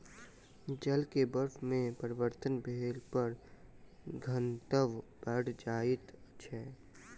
जल के बर्फ में परिवर्तन भेला पर घनत्व बैढ़ जाइत छै